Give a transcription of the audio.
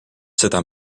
seda